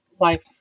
life